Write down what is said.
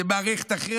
זו מערכת אחרת,